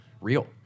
real